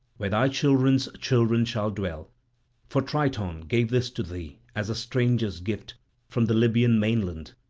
where thy children's children shall dwell for triton gave this to thee as a stranger's gift from the libyan mainland.